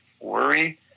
worry